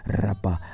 raba